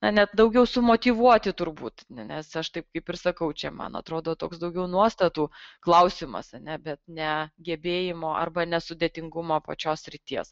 na net daugiau sumotyvuoti turbūt nes aš taip kaip ir sakau čia man atrodo toks daugiau nuostatų klausimas a ne bet ne gebėjimo arba ne sudėtingumo pačios srities